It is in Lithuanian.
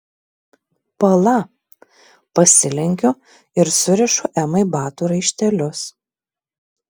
pala pasilenkiu ir surišu emai batų raištelius